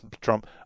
Trump